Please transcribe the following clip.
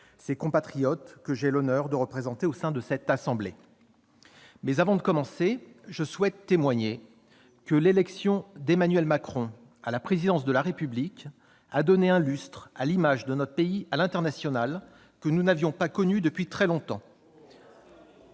ces compatriotes que j'ai l'honneur de représenter au sein de cette assemblée. Avant de commencer mon intervention, je souhaite témoigner que l'élection d'Emmanuel Macron à la présidence de la République a donné un lustre à l'image de notre pays à l'international que nous n'avions pas connu depuis très longtemps.